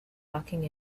walking